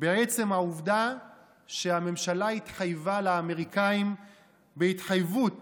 בעצם העובדה שהממשלה התחייבה לאמריקאים בהתחייבות